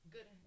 Good